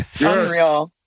Unreal